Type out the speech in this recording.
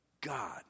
God